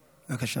בבקשה.